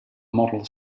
model